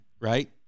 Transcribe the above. right